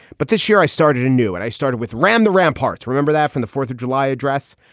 but this year i started a new and i started with ram the ramparts. remember that from the fourth of july address.